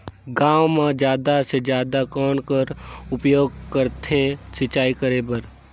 गांव म जादा से जादा कौन कर उपयोग करथे सिंचाई करे बर?